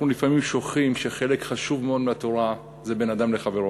אנחנו לפעמים שוכחים שחלק חשוב מאוד מהתורה זה בין אדם לחברו.